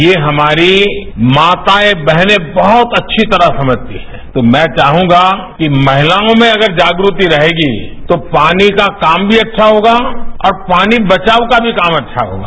ये हमारी माताएं बहनें बहुत अच्छी तरह समझती हैं तो मैं चाहूंगा कि अगर महिलाओं में जागृति रहेगी तो पानी का काम भी अच्छा होगा और पानी बचाव का काम भी अच्छा होगा